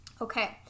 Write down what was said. Okay